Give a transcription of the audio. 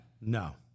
No